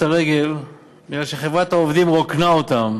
הרגל מפני שחברת העובדים רוקנה אותן